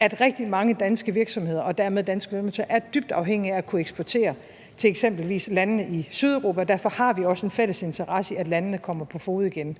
at rigtig mange danske virksomheder – og dermed danske lønmodtagere – er dybt afhængige af at kunne eksportere til eksempelvis landene i Sydeuropa, og derfor har vi også en fælles interesse i, at landene kommer på fode igen.